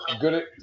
good